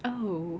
oh